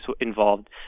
involved